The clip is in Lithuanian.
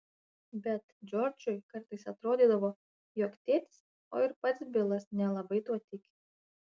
bet džordžui kartais atrodydavo jog tėtis o ir pats bilas nelabai tuo tiki